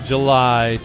July